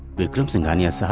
vikram sanjana,